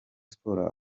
sports